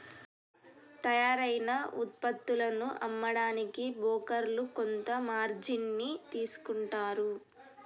తయ్యారైన వుత్పత్తులను అమ్మడానికి బోకర్లు కొంత మార్జిన్ ని తీసుకుంటారు